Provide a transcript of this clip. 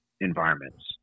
environments